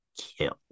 kill